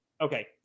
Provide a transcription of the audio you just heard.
Okay